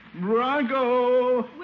Bronco